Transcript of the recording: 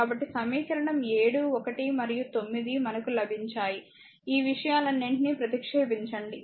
కాబట్టి సమీకరణం 7 1 మరియు 9 మనకు లభించాయి ఈ విషయాలన్నింటినీ ప్రతిక్షేపించండి